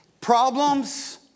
problems